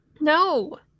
No